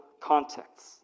contexts